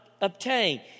obtain